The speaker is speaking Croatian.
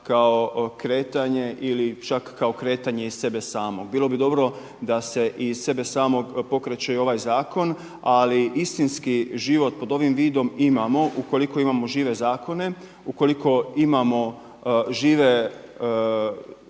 kao kretanje ili čak kretanje iz sebe samog. Bilo bi dobro da se i sebe samog pokreće ovaj zakon, ali istinski život pod ovim vidom imamo ukoliko imamo žive zakone, ukoliko imamo žive